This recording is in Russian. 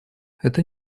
это